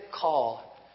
call